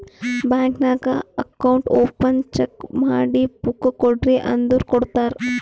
bank ನಾಗ್ account open cheque ಮಾಡಿ book ಕೊಡ್ರಿ ಅಂದುರ್ ಕೊಡ್ತಾರ್